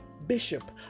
bishop